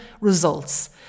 results